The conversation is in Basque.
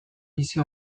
bizi